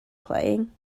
playing